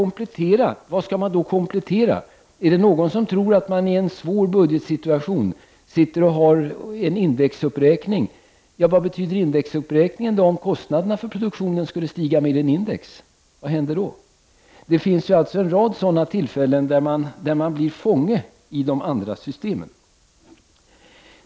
Men vad skall man då komplettera? Om man i en svår budgetsituation har en indexuppräkning av budgeten, vad innebär det för produktionen om kostnaderna stiger mer än index? Vad händer då? Det finns en rad tillfällen där man blir fånge i de andra systemen.